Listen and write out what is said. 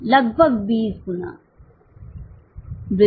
लगभग 20 गुना वृद्धि